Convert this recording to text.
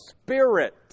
spirit